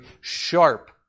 sharp